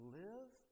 live